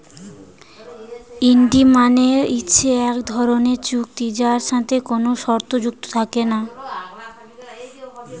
হুন্ডি মানে হচ্ছে এক ধরনের চুক্তি যার সাথে কোনো শর্ত যুক্ত থাকে না